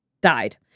died